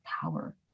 power